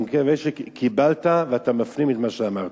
אני מקווה שקיבלת ואתה מפנים את מה שאמרתי.